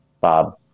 Bob